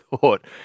thought